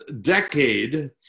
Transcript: decade